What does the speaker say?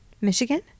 Michigan